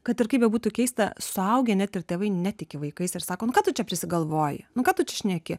kad ir kaip bebūtų keista suaugę net ir tėvai netiki vaikais ir sako ką tu čia prisigalvoji nu ką tu čia šneki